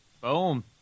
Boom